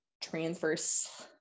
transverse